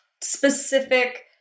specific